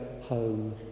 home